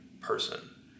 person